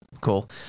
Cool